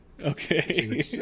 okay